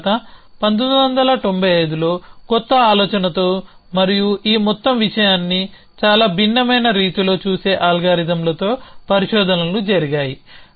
తర్వాత 1995లో కొత్త ఆలోచనతో మరియు ఈ మొత్తం విషయాన్ని చాలా భిన్నమైన రీతిలో చూసే అల్గారిథమ్లతో పరిశోధనలు జరిగాయి